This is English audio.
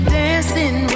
dancing